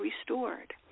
restored